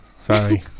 sorry